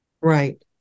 Right